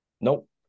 Nope